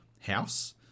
house